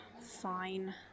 fine